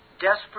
Desperate